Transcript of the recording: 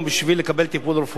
בשביל לקבל טיפול רפואי,